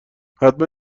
حتما